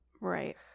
Right